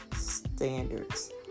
standards